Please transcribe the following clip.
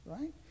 right